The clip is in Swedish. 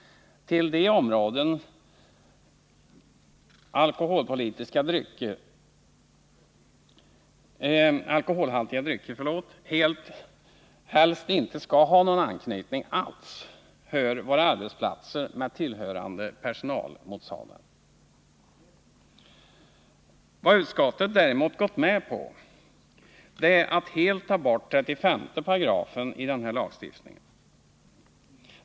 Till de områden till vilka alkoholhaltiga drycker helst inte skall ha någon anknytning alls hör våra arbetsplatser med tillhörande personalmatsalar. Vad utskottet däremot gått med på är att helt ta bort 35 § i nämnda lagstiftning.